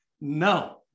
No